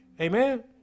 Amen